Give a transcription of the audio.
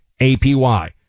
APY